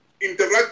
interact